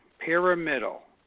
pyramidal